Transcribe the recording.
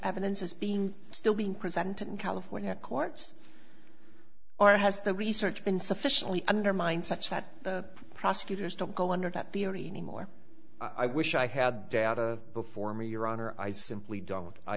evidence is being still being presented in california courts or has the research been sufficiently undermined such that the prosecutors don't go under that theory anymore i wish i had data before me your honor i simply